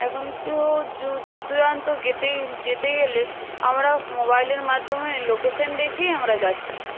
এখন কেও দূর দূরান্ত গেতেই যেতে গেলে আমরা মোবাইলের মাধ্যমে লোকেশান দেখেই আমরা যাচ্ছি